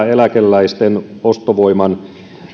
sekä eläkeläisten ostovoiman